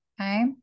Okay